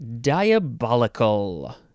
Diabolical